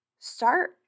Start